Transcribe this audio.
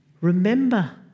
Remember